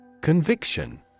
Conviction